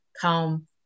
calm